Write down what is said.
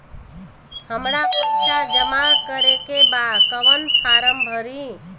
हमरा पइसा जमा करेके बा कवन फारम भरी?